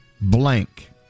Blank